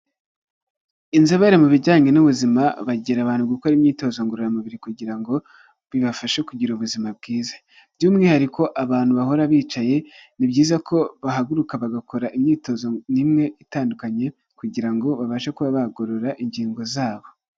Inzobere mu bijyanye n'ubuzima, bagira abantu gukora imyitozo ngororamubiri kugira ngo bibafashe kugira ubuzima bwiza, by'umwihariko abantu bahora bicaye, ni byiza ko bahaguruka bagakora imyitozo imwe itandukanye kugira ngo babashe kuba bagorora ingingo zabo.